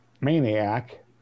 Maniac